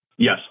Yes